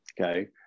okay